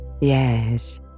Yes